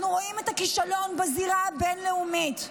אנחנו רואים את הכישלון בזירה הבין-לאומית.